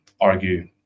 argue